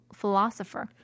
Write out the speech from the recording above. philosopher